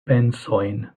pensojn